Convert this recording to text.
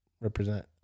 represent